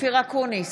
אופיר אקוניס,